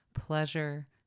pleasure